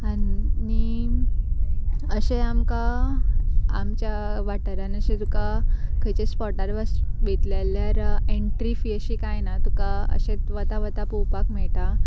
आनी अशें आमकां आमच्या वाठारान अशें तुका खंयच्या स्पोटार वच वयतले जाल्यार एंट्री फी अशी कांय ना तुका अशें वता वता पोवपाक मेळटा